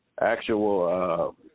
actual